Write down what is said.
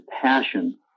passion